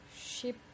Ship